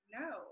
no